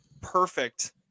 perfect